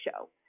show